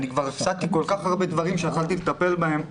אני כבר הפסדתי כל כך הרבה דברים שיכולתי לטפל בהם.